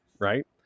right